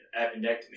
appendectomy